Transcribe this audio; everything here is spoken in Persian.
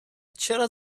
چرا